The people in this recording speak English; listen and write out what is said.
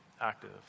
active